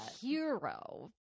hero